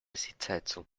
sitzheizung